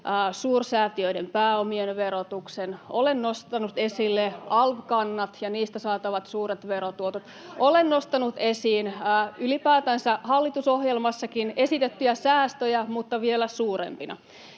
Kojamoltakin vähän!] olen nostanut esille alv-kannat ja niistä saatavat suuret verotuotot, olen nostanut esiin ylipäätänsä hallitusohjelmassakin esitettyjä säästöjä, mutta vielä suurempina.